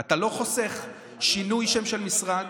אתה לא חוסך שינוי שם של משרד.